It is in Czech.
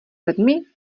sedmi